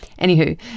Anywho